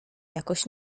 jakoś